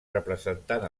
representant